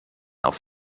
auf